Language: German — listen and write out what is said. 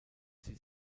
sie